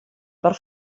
per